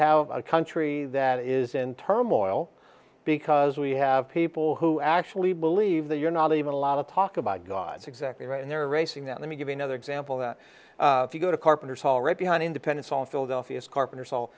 have a country that is in turmoil because we have people who actually believe that you're not even a lot of talk about god's exactly right and they're racing that let me give you another example that if you go to carpenter's hall right behind independence hall philadelphia's carpenter